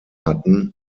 hatten